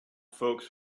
folks